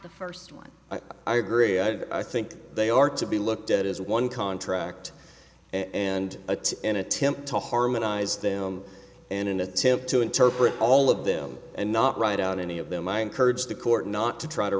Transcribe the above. the first one i agree i think they are to be looked at as one contract and an attempt to harmonize them and an attempt to interpret all of them and not write out any of them i encourage the court not to try to